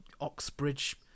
Oxbridge